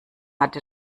hatte